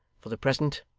for the present,